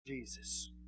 Jesus